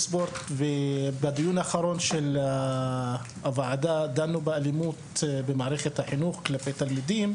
בדיון האחרון של הוועדה דנו באלימות במערכת החינוך כלפי תלמידים,